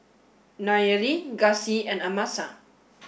Nayeli Gussie and Amasa